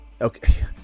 Okay